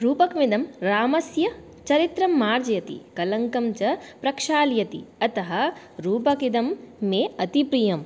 रूपकमिदं रामस्य चरित्रं मार्जयति कलङ्कं च प्रक्षालयति अतः रूपकमिदं मे अति प्रियम्